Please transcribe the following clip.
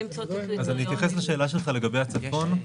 אני אתייחס לשאלה שלך לגבי הצפון.